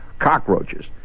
Cockroaches